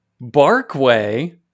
Barkway